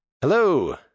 Hello